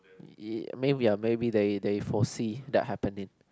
(ya) may maybe that you that you foresee that happen in